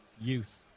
youth